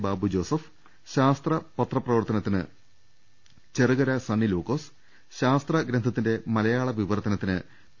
ബാബുജോസഫ് ശാസ്ത്ര പത്രപ്രവർത്തനത്തിന് ചെറുകര സണ്ണി ലൂക്കോസ് ശാസ്ത്ര ഗ്രന്ഥത്തിന്റെ മലയാള വിവർത്ത നത്തിന് പി